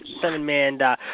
seven-man